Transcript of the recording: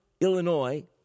Illinois